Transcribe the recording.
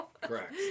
Correct